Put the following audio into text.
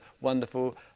wonderful